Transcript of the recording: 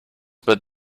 but